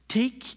Take